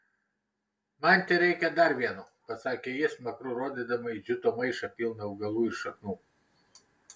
man tereikia dar vieno pasakė ji smakru rodydama į džiuto maišą pilną augalų ir šaknų